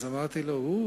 אז אמרתי לו: הו,